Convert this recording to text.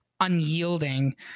unyielding